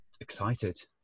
excited